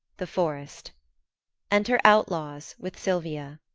the forest enter outlaws with silva